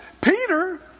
Peter